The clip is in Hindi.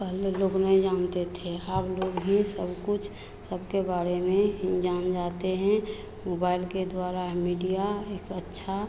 पहले लोग नई जानते थे हाब लोग भी सब कुछ सबके बारे में जान जाते हैं मोबाईल के द्वारा मीडिया एक अच्छा